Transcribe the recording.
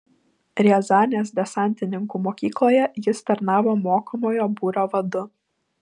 riazanės desantininkų mokykloje jis tarnavo mokomojo būrio vadu